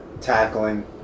tackling